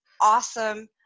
awesome